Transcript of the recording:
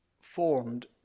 formed